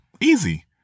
Easy